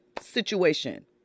situation